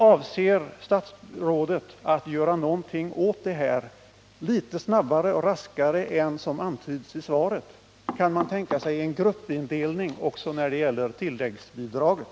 Avser statsrådet att göra någonting åt det här problemet litet snabbare än vad som antyds i svaret? Kan man tänka sig en gruppindelning också när det gäller tilläggsbidraget?